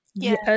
Yes